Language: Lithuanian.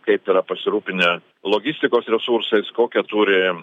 kaip yra pasirūpinę logistikos resursais kokią turi